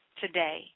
today